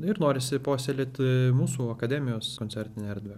ir norisi puoselėti mūsų akademijos koncertinę erdvę